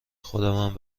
خودمم